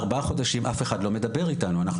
ארבעה חודשים אף אחד לא מדבר איתנו,